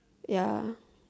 ya